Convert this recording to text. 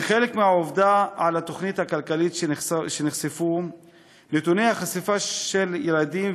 כחלק מהעבודה על התוכנית הכלכלית נחשפו נתוני החשיפה של ילדים